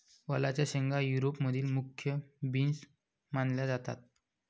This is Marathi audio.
वालाच्या शेंगा युरोप मधील मुख्य बीन्स मानल्या जातात